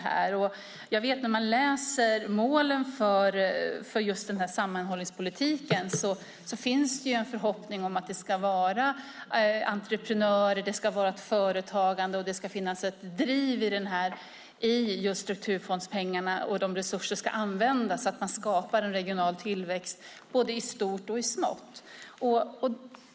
När man läser målen för sammanhållningspolitiken framgår där en förhoppning om att det ska finnas entreprenörer, företagande. Det ska finnas ett driv i just strukturfondspengarna för att de resurserna ska användas så att det skapas regional tillväxt både i stort och i smått.